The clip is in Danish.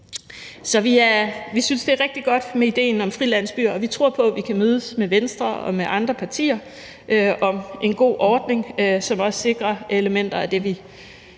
Så vi synes, det er rigtig godt med idéen om frilandsbyer, og vi tror på, at vi kan mødes med Venstre og med andre partier om en god ordning, som også sikrer elementer af det, vi